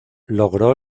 logró